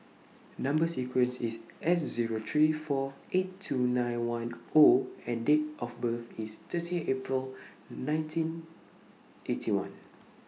Number sequence IS S Zero three four eight two nine one O and Date of birth IS thirty April nineteen Eighty One